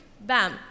Bam